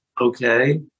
Okay